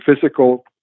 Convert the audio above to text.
physical